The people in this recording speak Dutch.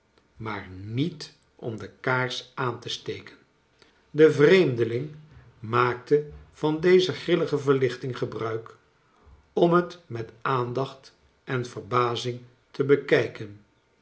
maar niet om de kaars aan te steken de vreemdeling maakte van deze grillige verlichting gebruik om het met aandacht en verbazing te bekijken